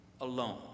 alone